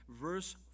verse